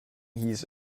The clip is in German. hieß